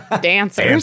dancers